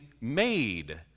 made